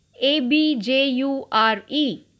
A-B-J-U-R-E